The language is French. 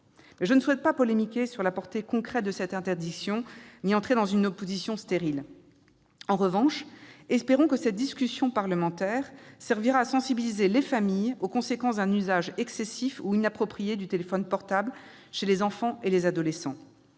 Je ne souhaite pas polémiquer sur la portée concrète de cette interdiction ni entrer dans une opposition stérile. Espérons que cette discussion parlementaire servira à sensibiliser les familles sur les conséquences d'un usage excessif ou inapproprié du téléphone portable par les enfants et les adolescents.